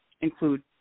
include